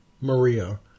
Maria